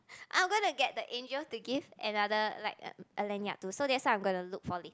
I'm gonna get the angel to give another like a a lanyard to so that's what I'm gonna look for late